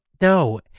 no